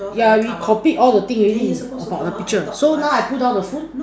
yeah we complete all the thing already about the picture so now I put down the food